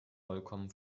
vollkommen